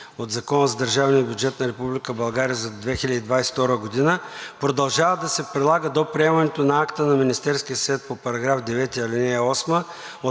от Закона за държавния бюджет на Република България за 2022 г., продължава да се прилага до приемането на акта на Министерския съвет по § 9, ал. 8